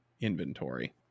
inventory